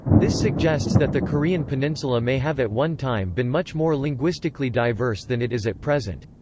this suggests that the korean peninsula may have at one time been much more linguistically diverse than it is at present.